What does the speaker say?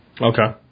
Okay